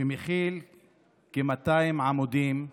שכולל כ-200 עמודים.